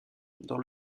dans